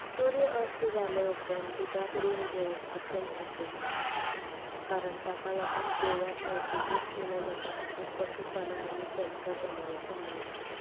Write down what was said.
सुर्य अस्त जाल्या उपरांत दूदाक रिण घेवप अत्यंत अशूभ मानतात कारण ताका लागून गोरवांक मेळपी दूद उणें जाता अशें पशु पालन आनी शेतकार समाजाचें मत आसा